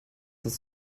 uns